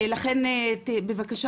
לכן בבקשה,